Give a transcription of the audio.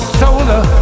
solar